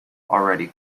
already